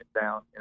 down